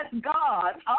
God